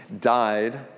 died